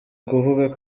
kuvuga